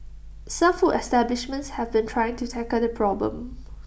some food establishments have been trying to tackle the problem